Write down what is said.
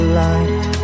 light